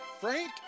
Frank